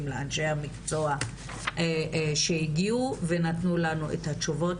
לאנשי המקצוע שהגיעו ונתנו לנו את התשובות.